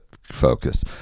focus